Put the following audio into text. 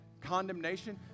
condemnation